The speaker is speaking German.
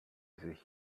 sich